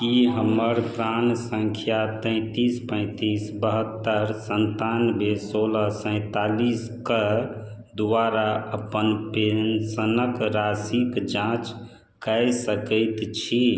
की हमर प्राण सङ्ख्या तैंतीस पैंतीस बहत्तर संतानबे सोलह सैंतालिस कऽ द्वारा अपन पेंशनक राशिक जाँच कय सकैत छी